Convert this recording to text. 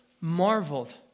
marveled